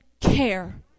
care